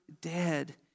dead